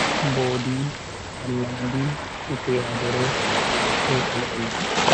Mbondi, pallandi, yukku-yadere be el-el-du